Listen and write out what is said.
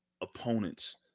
opponents